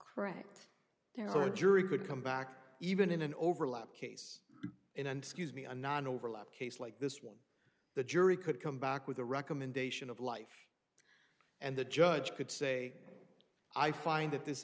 are jury could come back even in an overlap case in and scuse me a non overlap case like this one the jury could come back with a recommendation of life and the judge could say i find that this